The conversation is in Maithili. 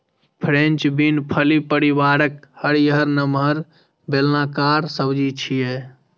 फ्रेंच बीन फली परिवारक हरियर, नमहर, बेलनाकार सब्जी छियै